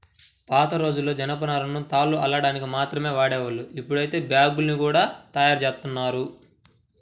పాతరోజుల్లో జనపనారను తాళ్లు అల్లడానికి మాత్రమే వాడేవాళ్ళు, ఇప్పుడైతే బ్యాగ్గుల్ని గూడా తయ్యారుజేత్తన్నారు